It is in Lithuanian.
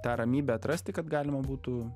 tą ramybę atrasti kad galima būtų